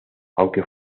aunque